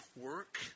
work